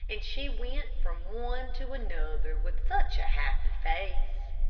and she went from one to another with such a happy face.